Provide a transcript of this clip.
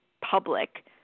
public